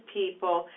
people